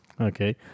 Okay